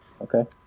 Okay